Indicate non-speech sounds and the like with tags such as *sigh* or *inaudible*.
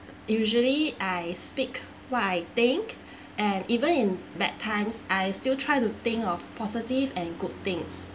usually I speak what I think *breath* and even in bad times I still try to think of positive and good things